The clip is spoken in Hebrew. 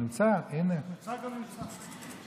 נמצא גם נמצא.